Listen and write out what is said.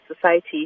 society